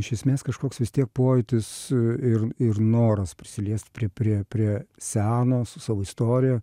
iš esmės kažkoks vis tiek pojūtis ir ir noras prisiliest prie prie prie seno su savo istorija